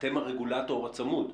אתם הרגולטור הצמוד.